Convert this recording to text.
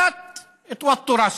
קצת תווטו ראסכום,